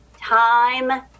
time